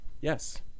Yes